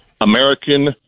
American